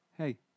Hey